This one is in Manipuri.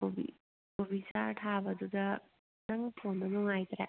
ꯀꯣꯕꯤ ꯀꯣꯕꯤ ꯆꯥꯔ ꯊꯥꯕꯗꯨꯗ ꯅꯪ ꯐꯣꯟꯗꯣ ꯅꯨꯡꯉꯥꯏꯇ꯭ꯔꯦ